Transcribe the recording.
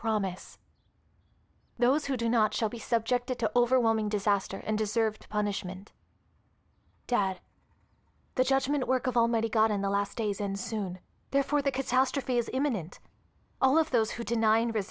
promise those who do not shall be subjected to overwhelming disaster and deserved punishment dad the judgment work of almighty god in the last days and soon therefore the catastrophe is imminent all of those who deny